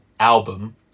album